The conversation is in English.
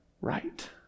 right